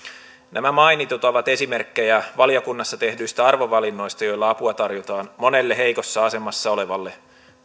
nämä mainitut ovat esimerkkejä valiokunnassa tehdyistä arvovalinnoista joilla apua tarjotaan monelle heikossa asemassa olevalle